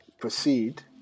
proceed